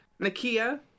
Nakia